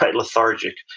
lethargic,